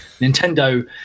Nintendo